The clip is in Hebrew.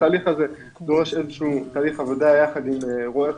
התהליך הזה דורש איזה שהוא תהליך עבודה יחד עם רו"ח,